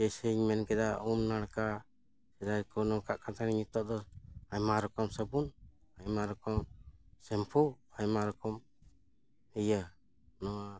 ᱮᱭ ᱥᱮᱧ ᱢᱮᱱ ᱠᱮᱫᱟ ᱩᱢ ᱱᱟᱲᱠᱟ ᱨᱮ ᱠᱳᱱᱳ ᱠᱟᱛᱷᱟᱧ ᱱᱤᱛᱟᱹᱜ ᱫᱚ ᱟᱭᱢᱟ ᱨᱚᱠᱚᱢ ᱥᱟᱵᱩᱱ ᱟᱭᱢᱟ ᱨᱚᱠᱚᱢ ᱥᱮᱢᱯᱷᱩ ᱟᱭᱢᱟ ᱨᱚᱠᱚᱢ ᱤᱭᱟᱹ ᱱᱚᱣᱟ